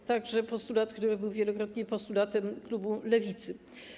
To także postulat, który był wielokrotnie postulatem klubu Lewicy.